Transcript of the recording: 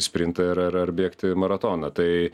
sprintą ar ar ar bėgti maratoną tai